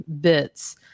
bits